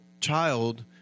child